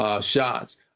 shots